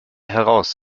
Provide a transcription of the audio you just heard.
heraus